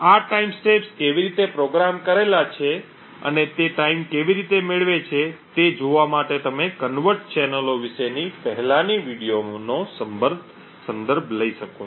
આ ટાઇમસ્ટેમ્પ્સ કેવી રીતે પ્રોગ્રામ કરેલા છે અને તે ટાઈમ કેવી રીતે મેળવે છે તે જોવા માટે તમે convert ચેનલો વિશેની પહેલાની વિડિઓનો સંદર્ભ લઈ શકો છો